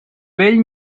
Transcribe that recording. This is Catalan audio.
vell